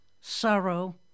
sorrow